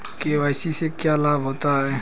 KYC से क्या लाभ होता है?